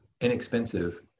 inexpensive